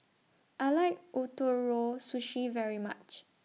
I like Ootoro Sushi very much